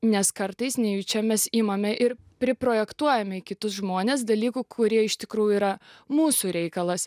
nes kartais nejučia mes imamre ir prie projektuojam į kitus žmones dalykų kurie iš tikrųjų yra mūsų reikalas